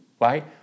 right